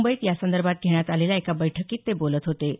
मुंबईत यासंदर्भात घेण्यात आलेल्या एका बैठकीत ते बोलत होते